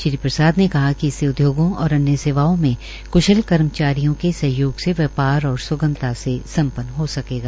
श्री प्रसाद ने कहा कि इससे उद्योगों और अन्य सेवाओं मे कशल कर्मचारियों के सहयोग से व्यापार और स्गमता से संपन्न हो सकेगा